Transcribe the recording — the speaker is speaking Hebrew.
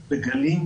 בגלים,